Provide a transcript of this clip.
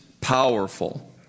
powerful